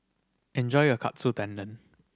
enjoy your Katsu Tendon